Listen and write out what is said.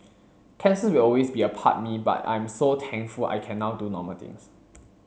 cancer will always be a part me but I am so thankful I can now do normal things